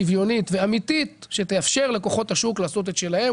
שוויונית ואמיתית שתאפשר לכוחות השוק לעשות את שלהם,